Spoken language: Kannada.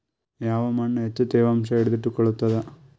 ಯಾವ್ ಮಣ್ ಹೆಚ್ಚು ತೇವಾಂಶ ಹಿಡಿದಿಟ್ಟುಕೊಳ್ಳುತ್ತದ?